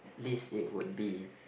list it would be